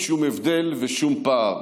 שום הבדל ושום פער.